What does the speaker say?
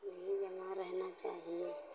नहीं बना रहना चाहिए